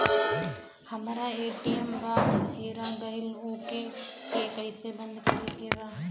हमरा ए.टी.एम वा हेरा गइल ओ के के कैसे बंद करे के बा?